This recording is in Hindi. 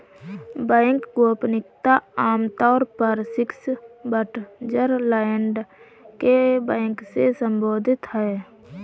बैंक गोपनीयता आम तौर पर स्विटज़रलैंड के बैंक से सम्बंधित है